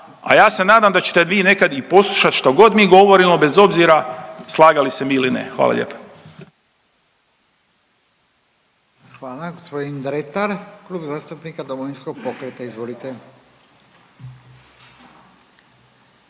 a ja se nadam da ćete vi nekad i poslušat što god mi govorimo bez obzira slagali se mi ili ne. Hvala lijepa. **Radin, Furio (Nezavisni)** Hvala. Gospodin Dretar, Klub zastupnika Domovinskog pokreta. Izvolite.